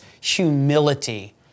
humility